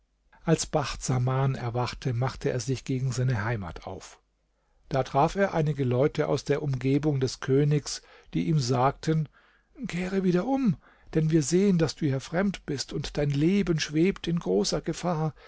als bacht saman erwachte machte er sich gegen seine heimat auf da traf er einige leute aus der umgebung des königs die ihm sagten kehre wieder um denn wir sehen daß du hier fremd bist und dein leben schwebt in großer gefahr